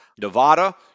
Nevada